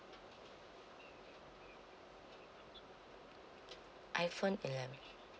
iphone eleven